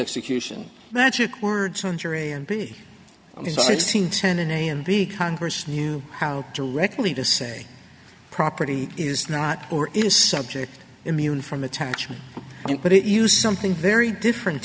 execution magic words on jury and b is sixteen ten and a and b congress knew how to regularly to say property is not or is subject immune from attachment and put it you something very different